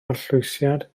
arllwysiad